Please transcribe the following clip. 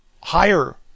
higher